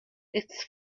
its